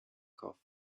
cough